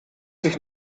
sich